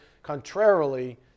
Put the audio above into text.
Contrarily